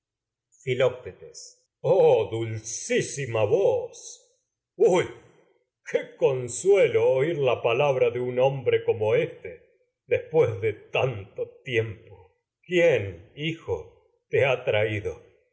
filoctetes oh dulcísima voz huy qué con suelo oír la palabra de un hombre como éste después qué nece de tanto sidad te tiempo quién hijo te ha traído